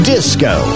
Disco